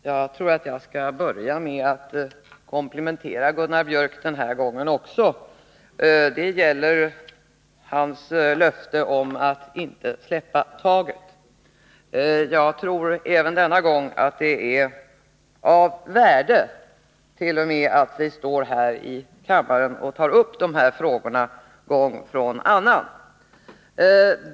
Herr talman! Jag skall börja med att också denna gång komplimentera Gunnar Biörck i Värmdö, och det gäller hans löfte om att inte släppa taget. Jag tror även nu att dett.o.m. är av värde att vi står här i kammaren och tar upp de här frågorna gång efter annan.